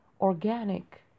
organic